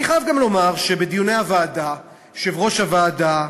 אני חייב גם לומר שבדיוני הוועדה יושב-ראש הוועדה,